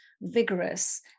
vigorous